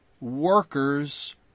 workers